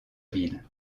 ville